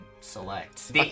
select